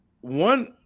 one